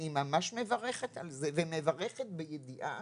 אני ממש מברכת על זה ומברכת בידיעה